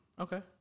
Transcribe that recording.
Okay